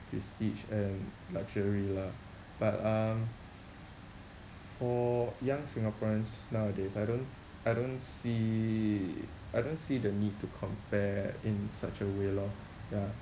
prestige and luxury lah but um for young singaporeans nowadays I don't I don't see I don't see the need to compare in such a way lor ya